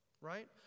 right